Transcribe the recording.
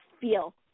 feel